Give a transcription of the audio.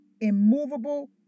immovable